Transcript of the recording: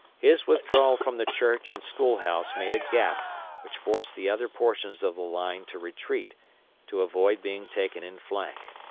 his withdrawal from the church and school-house made a gap which forced the other portions of the line to retreat to avoid being taken in flank.